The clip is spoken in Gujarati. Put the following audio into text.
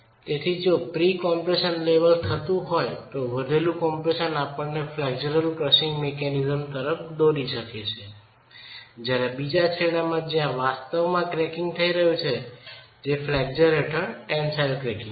તેથી જો પ્રી કમ્પ્રેશન લેવલ થતું હોય તો વધેલું કમ્પ્રેશન આપણને ફ્લેક્ચરલ ક્રશિંગ મિકેનિઝમ તરફ દોરી શકે છે જ્યારે બીજા છેડે જયાં વાસ્તવમાં ક્રેકીંગ થઈ રહું છે જે ફ્લેક્ચર હેઠળ ટેન્સાઇલ ક્રેકીંગ છે